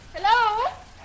Hello